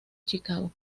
chicago